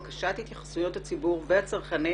בקשת התייחסויות הציבור והצרכנים